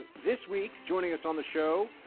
this week, joining us on the show,